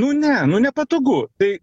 nu ne nu nepatogu tai